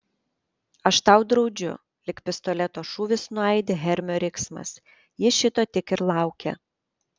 aš tau draudžiu lyg pistoleto šūvis nuaidi hermio riksmas ji šito tik ir laukia